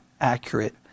accurate